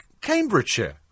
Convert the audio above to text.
Cambridgeshire